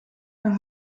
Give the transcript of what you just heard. naar